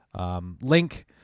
link